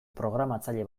programatzaile